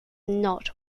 not